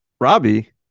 Robbie